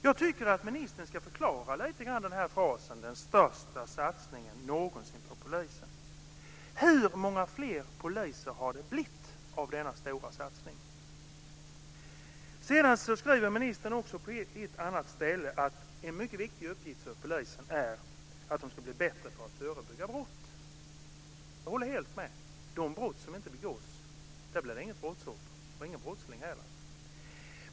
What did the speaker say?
Jag tycker att ministern ska förklara frasen "den största satsningen någonsin på polisen". Hur många fler poliser har det blivit i denna stora satsning? Ministern skriver också att en mycket viktig uppgift för polisen är att den ska bli bättre på att förebygga brott. Jag håller helt med. Vid de brott som inte begås finns det inget brottsoffer och ingen brottsling.